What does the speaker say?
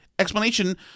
explanation